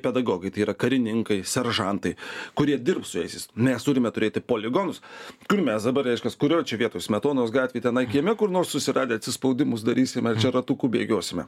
pedagogai tai yra karininkai seržantai kurie dirbs su jaisiais mes turime turėti poligonus kur mes dabar reiškias kurioj čia vietoj smetonos gatvėj tenai kieme kur nors susiradę atsispaudimus darysim ar čia ratuku bėgiosime